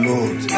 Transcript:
Lord